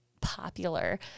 popular –